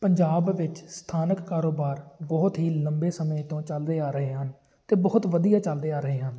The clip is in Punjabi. ਪੰਜਾਬ ਵਿੱਚ ਸਥਾਨਕ ਕਾਰੋਬਾਰ ਬਹੁਤ ਹੀ ਲੰਬੇ ਸਮੇਂ ਤੋਂ ਚੱਲਦੇ ਆ ਰਹੇ ਹਨ ਅਤੇ ਬਹੁਤ ਵਧੀਆ ਚੱਲਦੇ ਆ ਰਹੇ ਹਨ